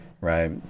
right